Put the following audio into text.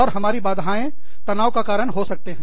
और हमारी बाधाएं तनाव कारण हो सकते हैं